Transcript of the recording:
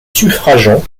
suffragant